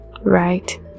right